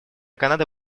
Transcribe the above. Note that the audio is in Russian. канады